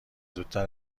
زودتر